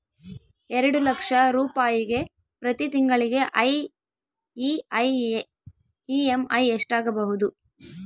ಎರಡು ಲಕ್ಷ ರೂಪಾಯಿಗೆ ಪ್ರತಿ ತಿಂಗಳಿಗೆ ಇ.ಎಮ್.ಐ ಎಷ್ಟಾಗಬಹುದು?